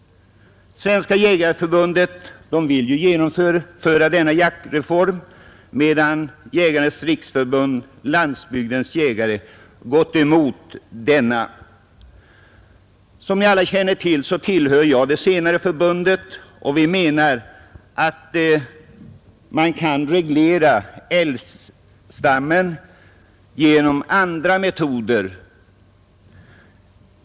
Svenska jägareförbundet vill genomföra denna jaktreform, medan Jägarnas riksförbund—Landsbygdens jägare gått emot denna. Som alla känner till tillhör jag det senare förbundet, och vi menar att man kan reglera älgstammen genom andra metoder.